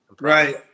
Right